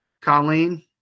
Colleen